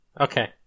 Okay